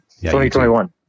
2021